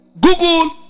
Google